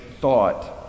thought